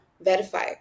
verify